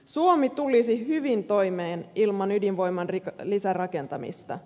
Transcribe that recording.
suomi tulisi hyvin toimeen ilman ydinvoiman lisärakentamista